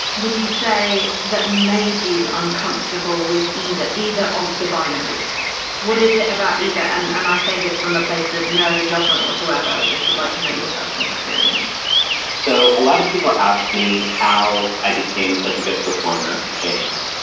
would you say that made you uncomfortable with either either of the binaries? what is it about either? and and i say this from a place of no judgment whatsoever. i just would like to know your personal experience so a lot of people ask me how i became such a good performer, which i am.